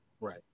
Right